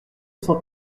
cent